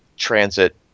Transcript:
transit